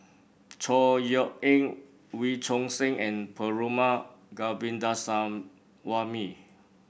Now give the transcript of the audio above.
Chor Yeok Eng Wee Choon Seng and Perumal Govindaswamy